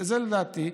זו דעתי.